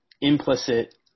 implicit